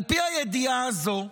על פי הידיעה הזו,